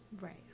Right